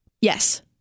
Yes